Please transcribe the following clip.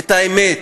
את האמת: